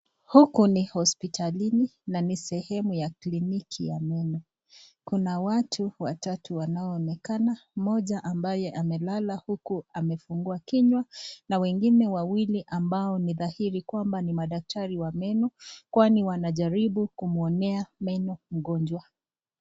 Huku ni hospitalini na ni sehemu ya kliniki ya meno, kuna watu watatu wanaoonekana ambao moja amelala huku amefungua kinywa, na wengine wawili ambao ni dhahiri kuwa ni daktari wa meno kwani wanajaribu kumwonea meno mgonjwa.